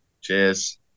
Cheers